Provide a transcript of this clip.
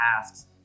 tasks